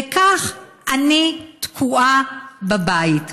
וכך אני תקועה בבית.